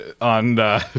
on